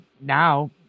now